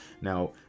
Now